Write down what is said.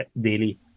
daily